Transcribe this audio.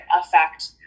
affect